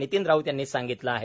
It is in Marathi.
नितीन राऊत यांनी सांगितलं आहे